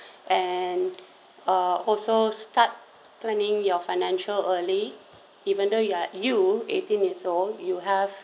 and uh also start planning your financial early even though you are you eighteen it so you have